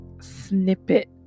snippet